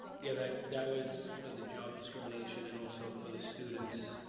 yeah, that that was for the job discrimination and also for the students